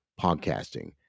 podcasting